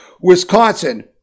Wisconsin